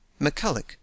McCulloch